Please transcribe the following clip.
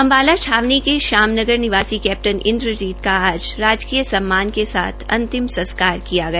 अम्बाला छावनी के श्याम नगर निवासी कैप्टन इंद्रजीत सिंह का आज राजकीय सम्मान के साथ अंतिम संस्कार किया गया